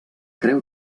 creu